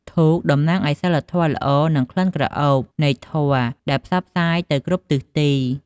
ធូប តំណាងឱ្យ សីលធម៌ល្អ និងក្លិនក្រអូបនៃធម៌ដែលផ្សព្វផ្សាយទៅគ្រប់ទិសទី។